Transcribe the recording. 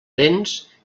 dents